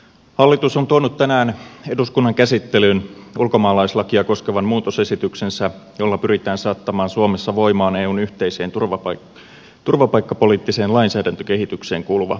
hallitus on tuonut tänään eduskunnan käsittelyyn ulkomaalaislakia koskevan muutosesityksensä jolla pyritään saattamaan suomessa voimaan eun yhteiseen turvapaikkapoliittiseen lainsäädäntökehitykseen kuuluva määritelmädirektiivi